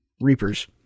reapers